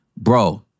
bro